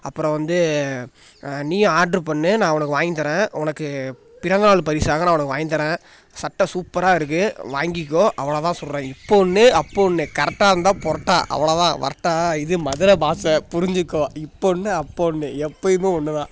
அப்புறம் வந்து நீ ஆர்ட்ரு பண்ணு நான் உனக்கு வாங்கித்தர்றேன் உனக்கு பிறந்தநாள் பரிசாக நான் உனக்கு வாங்கித்தறேன் சட்டை சூப்பராக இருக்கு வாங்கிக்கோ அவ்வளோ தான் சொல்லுறேன் இப்போ ஒன்று அப்போ ஒன்று கரெக்டாக இருந்தால் பொரட்டாக அவ்வளோ தான் வரட்டா இது மதுரை பாஷ புரிஞ்சிக்கோ இப்போ ஒன்று அப்போ ஒன்று எப்பையுமுமே ஒன்று தான்